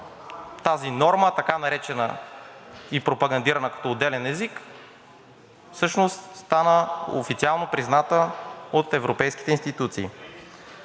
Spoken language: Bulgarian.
тази норма, така наречена и пропагандирана като отделен език, всъщност стана официално призната от европейските институции.